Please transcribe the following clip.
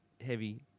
heavy